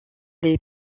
les